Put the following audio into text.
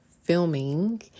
filming